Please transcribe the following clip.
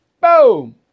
Boom